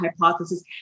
hypothesis